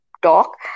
Talk